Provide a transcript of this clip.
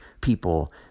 people